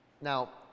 Now